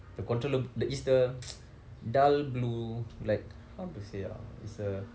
the controller it's the dull blue it's how to say ah it's uh